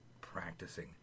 practicing